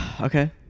Okay